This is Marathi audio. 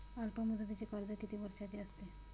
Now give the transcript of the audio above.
अल्पमुदतीचे कर्ज किती वर्षांचे असते?